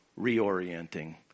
reorienting